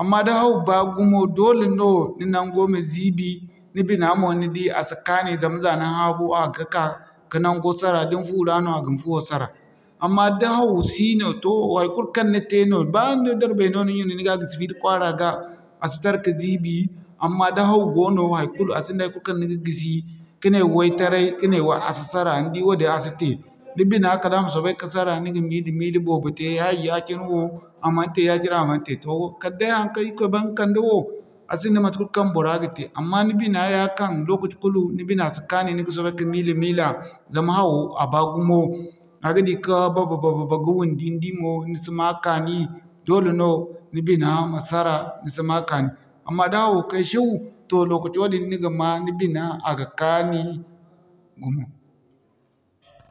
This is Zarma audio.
Amma da haw baa gumo dole no ni naŋgo ma ziibi, ni bina mo ni di a si kaani zama za ni haabu a ga ka'ka nango sara da ni fu ra no a ga fuwo sara. Amma da hawo sino toh haikulu kaŋ ni te no na ni darbay no ni ɲuna ni ga gisi fiili kwaara ga a si tara ka ziibi, amma da haw goono haikulu, asinda haikulu kaŋ ni ga gisi ka ne way taray, ka ne way a si sara ni di wadin a si te. Ni bina kala a ma soobay ka sara ni ga miila-miila boobo te ay ya-cine wo, a man te, ya-cine a man te. Kala day haŋkaŋ irikoy baŋ ka'kande wo a sinda mate kulu kaŋ bora ga te. Amma ni bina ya kaŋ lokaci kulu, ni bina si kaanu, ni ga soobay ka miila-miila zama hawo a baa gumo a ga dira ka bababa ka wundi da ni di mo ni si ma kaani doole no ni bina ma sara, ni si ma kaani. Amma da hawo kay siww, toh lokaco din ni ga ma ni bina a ga kaani, gumo.